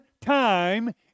time